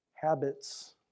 habits